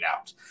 out